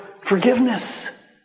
forgiveness